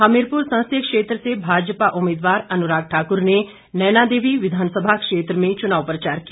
हमीरपुर संसदीय क्षेत्र से भाजपा उम्मीदवार अनुराग ठाकुर ने नैनादेवी विधानसभा क्षेत्र में चुनाव प्रचार किया